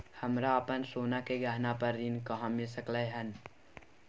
हमरा अपन सोना के गहना पर ऋण कहाॅं मिल सकलय हन?